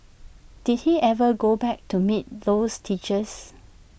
did he ever go back to meet those teachers